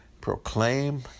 Proclaim